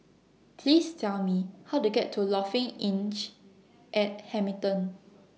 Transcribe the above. Please Tell Me How to get to Lofi Innch At Hamilton